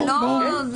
ברור.